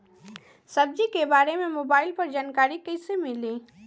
सब्जी के बारे मे मोबाइल पर जानकारी कईसे मिली?